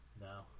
No